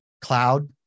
cloud